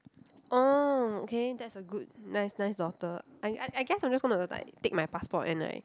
oh okay that's a good nice nice daughter I I guess I just gonna like take my passport and like